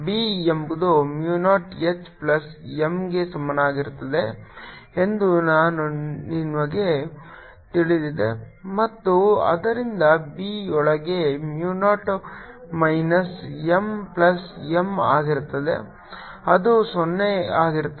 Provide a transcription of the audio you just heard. B ಎಂಬುದು mu 0 H plus M ಗೆ ಸಮಾನವಾಗಿರುತ್ತದೆ ಎಂದು ನನಗೆ ತಿಳಿದಿದೆ ಮತ್ತು ಆದ್ದರಿಂದ B ಒಳಗೆ Mu 0 minus M plus M ಆಗಿರುತ್ತದೆ ಅದು 0 ಆಗಿರುತ್ತದೆ